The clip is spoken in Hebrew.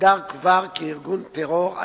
מוגדר כבר כארגון טרור,